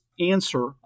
answer